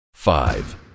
Five